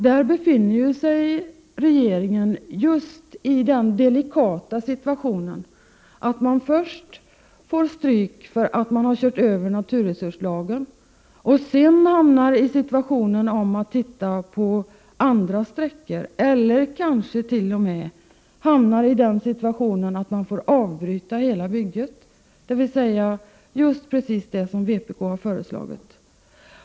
Där befinner sig regeringen i den delikata situationen att den först får stryk därför att den har kört över naturresurslagen och sedan måste undersöka andra sträckor eller kanske t.o.m. måste avbryta hela bygget, dvs. precis det som vpk har föreslagit.